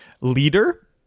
Leader